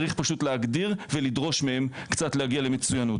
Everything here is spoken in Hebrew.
צריך פשוט להגדיר ולדרוש מהם קצת להגיע למצוינות.